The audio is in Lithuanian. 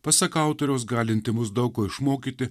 pasak autoriaus galinti mus daug ko išmokyti